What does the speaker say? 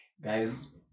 Guys